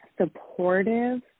supportive